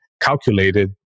calculated